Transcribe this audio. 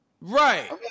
Right